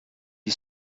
gli